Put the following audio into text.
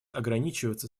ограничиваться